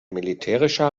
militärischer